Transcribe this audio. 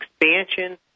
expansion